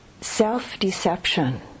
Self-deception